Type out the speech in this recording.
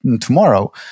Tomorrow